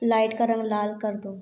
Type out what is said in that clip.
light का रंग लाल कर दो